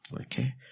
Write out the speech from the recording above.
Okay